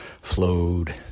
flowed